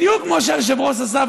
בדיוק כמו שהיושב-ראש עשה,